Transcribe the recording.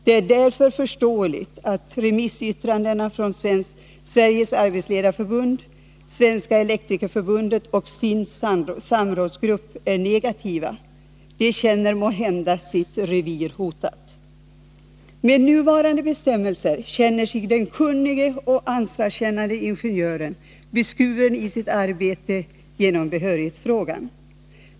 Det är därför förståeligt att remissyttrandena från Sveriges arbetsledareförbund, Svenska elektrikerförbundet och SIND:s samrådsgrupp är negativa. De känner måhända sitt revir hotat. Med nuvarande bestämmelser känner sig den kunnige och ansvarskännande ingenjören beskuren i sitt arbete genom behörighetsfrågan.